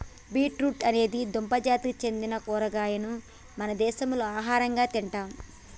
beet root అనేది దుంప జాతికి సెందిన కూరగాయను మన దేశంలో ఆహరంగా తింటాం